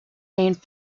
named